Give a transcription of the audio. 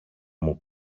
μου